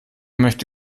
möchte